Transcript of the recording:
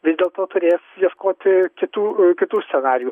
vis dėlto turės ieškoti kitų kitų scenarijų